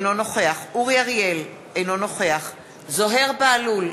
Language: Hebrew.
אינו נוכח אורי אריאל, אינו נוכח זוהיר בהלול,